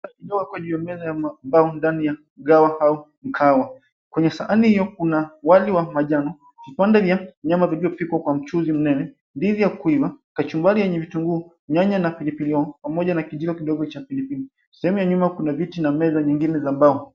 Uliokwekwa jua meza ya mambao ndani ya mgahawa au mkahawa. Kwenye sahani hio kuna wali wa manjano, vipande vya nyama vilivyopikwa kwa mchuzi mnene, ndizi ya kuiva, kachumbari yenye vitunguu, nyanya na pilipili hoho pamoja na kijiko kidogo cha pilipili. Sehemu ya nyuma kuna viti na meza nyingine za mbao.